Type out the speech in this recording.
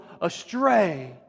astray